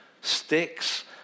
sticks